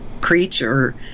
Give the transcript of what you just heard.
creature